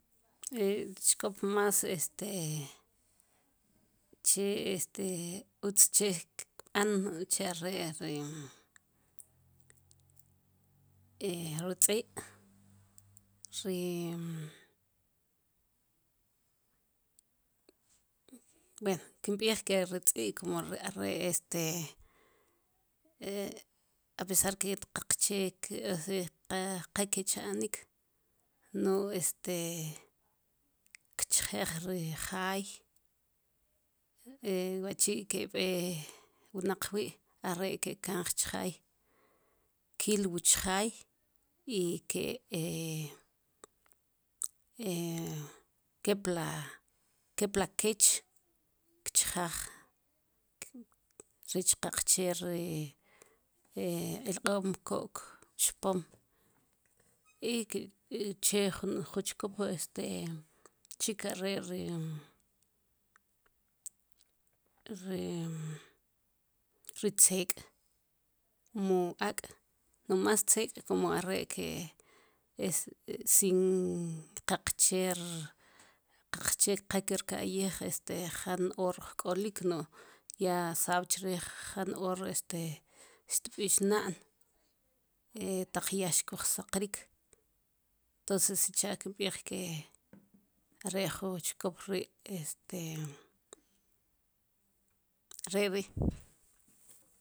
ri chikop mas este che este utz che kb'an uche are ri tz'i ri buen kempij are ri tz'i como are ri este apesar ke qache ki chanik no es te chijej ri jay wuchi ki bek' wnaq wi are ke kanj chijay kil wu chijaj y ke keple kech kchejej rech qache ri el qo'm kok chpom i che jun chiop este are ri tzek' mu ak' mas tz'ek' como are' ke sin qaqche qal ke kayij jan hor ojko'lik ya sab chirij jan hor xb'ixnan taq ya xkojsaqrik entoces chaa' kinb'ij arre jun chiop aré rí